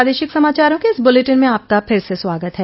प्रादेशिक समाचारों के इस बुलेटिन में आपका फिर से स्वागत है